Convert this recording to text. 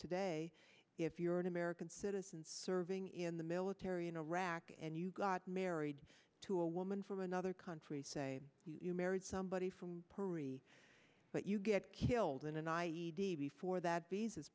today if you're an american citizen serving in the military in iraq and you got married to a woman from another country say you married somebody from perri but you get killed in an i e d before that visas